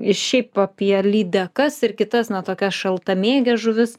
ir šiaip apie lydekas ir kitas na tokias šaltamėges žuvis